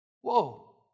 Whoa